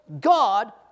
God